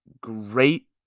great